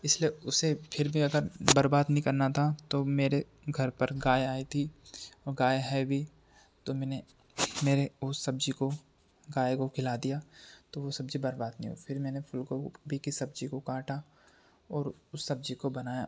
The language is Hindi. इसलिए उसे फिर भी अगर बर्बाद नहीं करना था तो मेरे घर पर गाय आई थी और गाय है भी तो मैंने मेरे उस सब्ज़ी को गाय को खिला दिया तो वह सब्ज़ी बर्बाद नहीं हुई फिर मैंने फूल गोभी की सब्ज़ी को काँटा और उस सब्ज़ी को बनाया